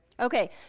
Okay